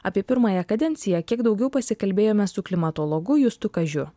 apie pirmąją kadenciją kiek daugiau pasikalbėjome su klimatologu justu kažiu